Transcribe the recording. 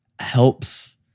helps